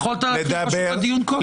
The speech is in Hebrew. הכי פשוט יכולת להתחיל את הדיון קודם, לא?